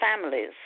families